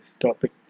topic